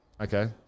Okay